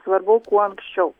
svarbu kuo anksčiau